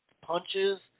punches